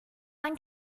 man